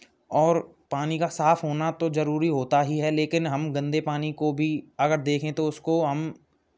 और पानी का साफ होना तो ज़रूरी होता ही है लेकिन हम गंदे पानी को भी अगर देखें तो उसको हम